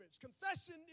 Confession